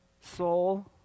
soul